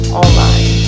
online